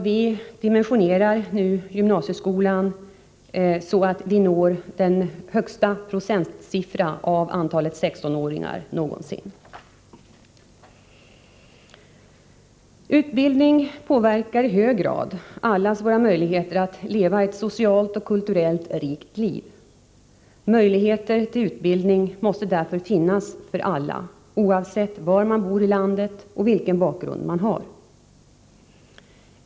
Vi dimensionerar nu gymnasieskolan så att vi når den högsta procentsiff Utbildningen påverkar i mycket hög grad allas våra möjligheter att leva ett socialt och kulturellt rikt liv. Möjligheter till utbildning måste därför finnas för alla, oavsett var man bor i landet eller vilken bakgrund man har.